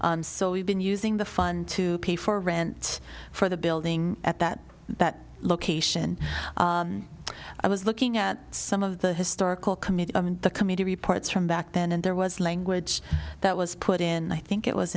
no so we've been using the fund to pay for rent for the building at that that location i was looking at some of the historical committee the committee reports from back then and there was language that was put in i think it was